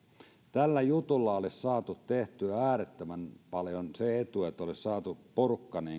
tällä jutulla olisi saatu tehtyä äärettömän paljon ja siitä olisi ollut se etu että olisi saatu porukka